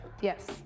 Yes